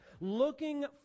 looking